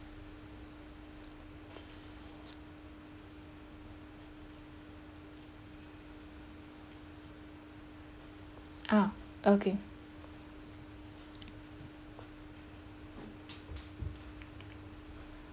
s~ ah okay